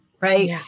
right